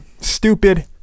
stupid